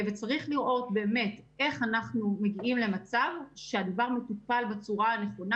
צריך לראות איך אנחנו מגיעים למצב שהדבר מטופל בצורה הנכונה